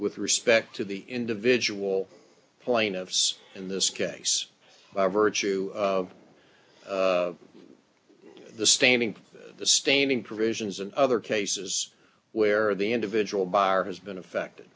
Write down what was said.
with respect to the individual plaintiffs in this case by virtue of the standing the staining provisions and other cases where the individual buyer has been affected